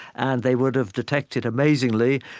and they would have detected amazingly,